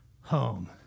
home